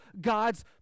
God's